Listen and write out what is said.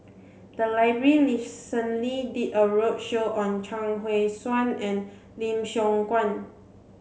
the library recently did a roadshow on Chuang Hui Tsuan and Lim Siong Guan